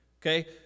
Okay